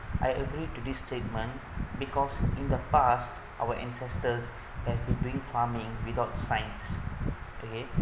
I agree to this statement because in the past our ancestors have been doing farming without science okay